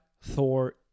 Thor